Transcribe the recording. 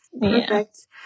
Perfect